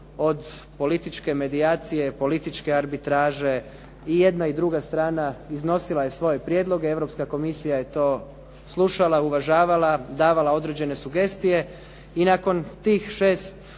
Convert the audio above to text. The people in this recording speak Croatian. od političke medijacije, političke arbitraže. I jedna i druga strana iznosila je svoje prijedloge. Europska Komisija je to slušala, uvažavala, davala određene sugestije i nakon tih 6